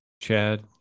Chad